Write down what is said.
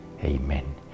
amen